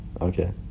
okay